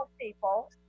people